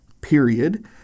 period